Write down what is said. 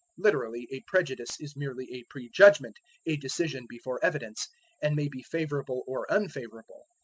literally, a prejudice is merely a prejudgment a decision before evidence and may be favorable or unfavorable,